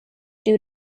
due